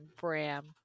Bram